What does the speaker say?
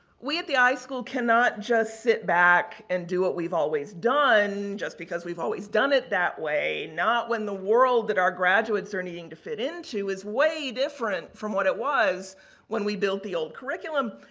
we at the ischool cannot just sit back and do what we've always done just because we've always done it that way. not when the world that our graduates are needing to fit into is way different from what it was when we built the old curriculum.